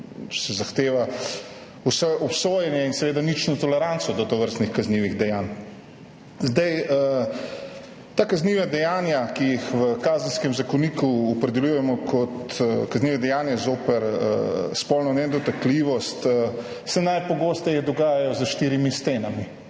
kar zahteva vso obsojanje in seveda nično toleranco do tovrstnih kaznivih dejanj. Ta kazniva dejanja, ki jih v Kazenskem zakoniku opredeljujemo kot kaznivo dejanje zoper spolno nedotakljivost, se najpogosteje dogajajo za štirimi stenami.